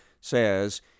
says